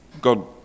God